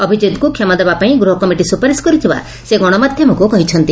ଅଭିଜିତଙ୍କୁ ଷମା ଦେବା ପାଇଁ ଗୃହ କମିଟି ସୁପାରିଶ କରିଥିବା ସେ ଗଣମାଧ୍ଧମକୁ କହିଛନ୍ତି